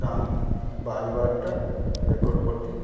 ଧାନ୍ ବାହାରିବାର୍ଟା ଏକର୍ ପ୍ରତି